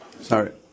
Sorry